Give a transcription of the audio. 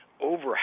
over